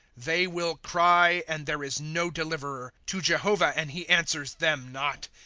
they will cry, and there is no deliverer to jehovah, and he answers them not,